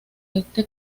este